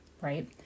right